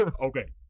Okay